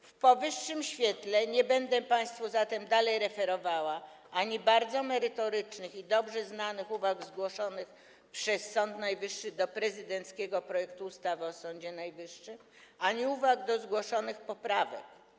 W świetle powyższego nie będę państwu zatem dalej referowała ani bardzo merytorycznych i dobrze znanych uwag zgłoszonych przez Sąd Najwyższy do prezydenckiego projektu ustawy o Sądzie Najwyższym, ani uwag do zgłoszonych poprawek.